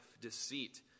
deceit